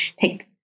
take